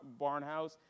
Barnhouse